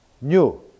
New